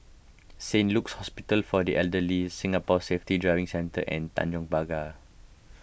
Saint Luke's Hospital for the Elderly Singapore Safety Driving Centre and Tanjong Pagar